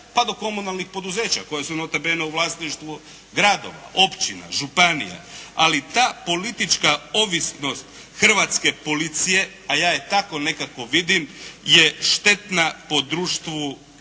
pa do komunalnih poduzeća koja su nota bene u vlasništvu gradova, općina, županija. Ali ta politička ovisnost hrvatske policije, a ja je tako nekako vidim je štetna po društvu u